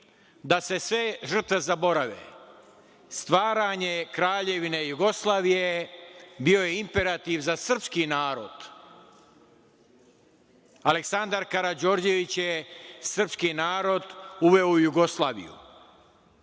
da se sve žrtve zaborave. Stvaranje Kraljevine Jugoslavije bio je imperativ za srpski narod. Aleksandar Karađorđević je srpski narod uveo u Jugoslaviju.